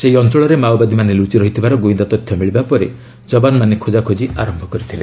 ସେହି ଅଞ୍ଚଳରେ ମାଓବାଦୀମାନେ ଲୁଚି ରହିଥିବାର ଗୁଇନ୍ଦା ତଥ୍ୟ ମିଳିବା ପରେ ଯବାନମାନେ ଖୋକ୍ରାଖୋଜି ଆରମ୍ଭ କରିଥିଲେ